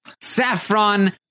Saffron